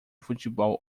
futebol